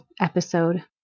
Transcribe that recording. episode